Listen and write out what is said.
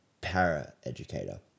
para-educator